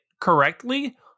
correctly